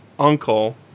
Uncle